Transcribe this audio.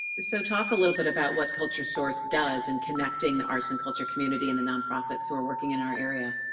so talk a little bit about what culturesource does, in connecting the arts and culture community and the nonprofits who are working in our area.